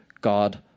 God